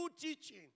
teaching